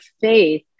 faith